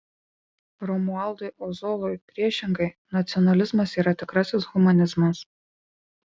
romualdui ozolui priešingai nacionalizmas yra tikrasis humanizmas